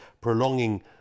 prolonging